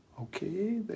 okay